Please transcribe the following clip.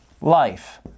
life